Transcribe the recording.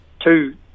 two